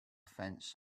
fence